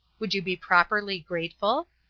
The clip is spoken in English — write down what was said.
would you be properly grateful?